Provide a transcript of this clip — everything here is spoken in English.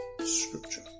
Scripture